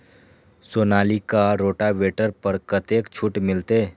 Sonalika rotavator पर कतेक छूट मिलते?